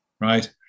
right